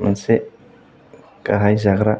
मोनसे गाहाय जाग्रा